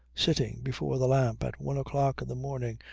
sitting before the lamp at one o'clock in the morning,